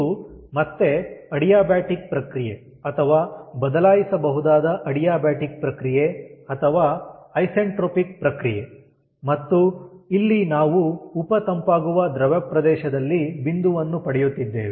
ಇದು ಮತ್ತೆ ಅಡಿಯಾಬಾಟಿಕ್ ಪ್ರಕ್ರಿಯೆ ಅಥವಾ ಬದಲಾಯಿಸಬಹುದಾದ ಅಡಿಯಾಬಾಟಿಕ್ ಪ್ರಕ್ರಿಯೆ ಅಥವಾ ಐಸೆಂಟ್ರೊಪಿಕ್ ಪ್ರಕ್ರಿಯೆ ಮತ್ತು ಇಲ್ಲಿ ನಾವು ಉಪ ತಂಪಾಗುವ ದ್ರವ ಪ್ರದೇಶದಲ್ಲಿ ಬಿಂದುವನ್ನು ಪಡೆಯುತ್ತಿದ್ದೇವೆ